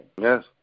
Yes